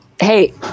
Hey